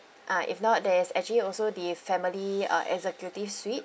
uh if not there is actually also the family uh executive suite